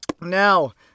Now